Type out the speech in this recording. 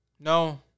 No